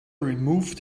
removed